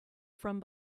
from